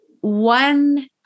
one